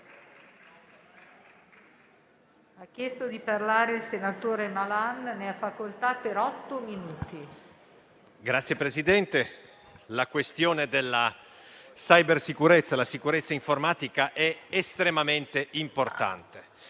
la questione della cybersicurezza e della sicurezza informatica è estremamente importante.